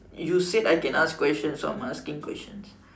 you said I can ask question so I am asking question